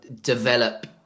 develop